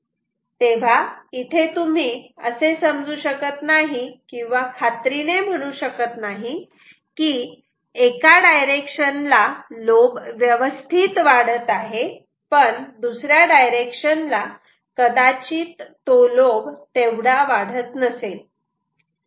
तेव्हा इथे तुम्ही असे समजू शकत नाही किंवा खात्रीने म्हणू शकत नाही की एका डायरेक्शन ला लोब व्यवस्थित वाढत आहे पण दुसऱ्या डायरेक्शन ला कदाचित तो लोब तेवढा वाढत नसेल